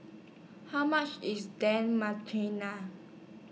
How much IS Dan